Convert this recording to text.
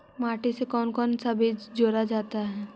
माटी से कौन कौन सा बीज जोड़ा जाता है?